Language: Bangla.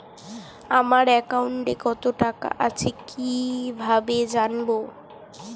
আমার একাউন্টে টাকা কত আছে কি ভাবে জানবো?